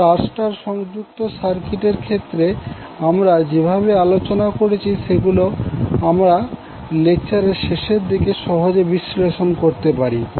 star star সংযুক্ত circuit এর ক্ষেত্রে আমরা যেভাবে আলোচনা করেছি সেগুলো আমরা লেকচার এর শেষের দিকে সহজে বিশ্লেষণ করতে পারি